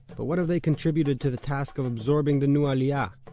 but what have they contributed to the task of absorbing the new aliya?